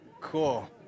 Cool